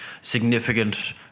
significant